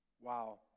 Wow